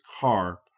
car